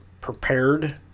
prepared